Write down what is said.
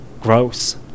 gross